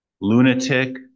lunatic